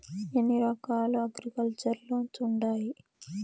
ఎన్ని రకాల agriculture loans ఉండాయి